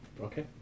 Okay